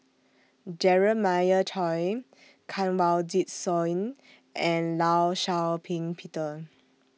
Jeremiah Choy Kanwaljit Soin and law Shau Ping Peter